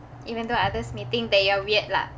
even though others may think that you're weird lah